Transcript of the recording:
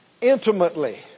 intimately